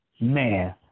Man